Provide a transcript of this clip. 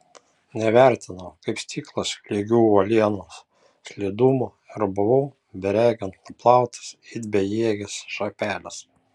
neįvertinau kaip stiklas lygių uolienų slidumo ir buvau beregint nuplautas it bejėgis šapelis